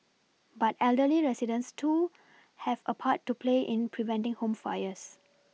but elderly residents too have a part to play in preventing home fires